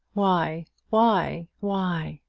why why why?